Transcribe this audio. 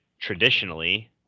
traditionally –